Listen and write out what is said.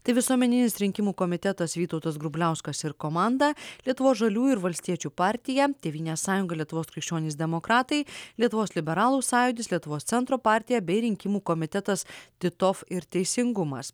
tai visuomeninis rinkimų komitetas vytautas grubliauskas ir komanda lietuvos žaliųjų ir valstiečių partija tėvynės sąjunga lietuvos krikščionys demokratai lietuvos liberalų sąjūdis lietuvos centro partija bei rinkimų komitetas titov ir teisingumas